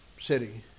city